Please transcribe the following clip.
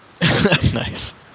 nice